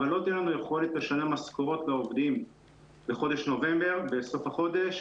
אבל לא תהיה לנו יכולת לשלם משכורות לעובדים לחודש נובמבר בסוף החודש.